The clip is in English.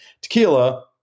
tequila